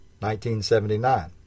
1979